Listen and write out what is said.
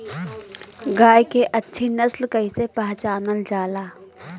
गाय के अच्छी नस्ल कइसे पहचानल जाला?